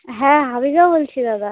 হ্যাঁ হাবিজা বলছি দাদা